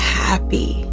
happy